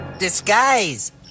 Disguise